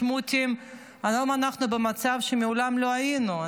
שמוטים היום אנחנו במצב שמעולם לא היינו,